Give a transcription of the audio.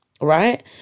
right